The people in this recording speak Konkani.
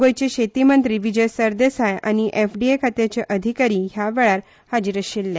गोंयचे शेती मंत्री विजय सरदेसाय आनी एफडीए खात्याचे अधिकारी ह्या वेळार हाजीर आशिल्ले